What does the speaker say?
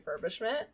refurbishment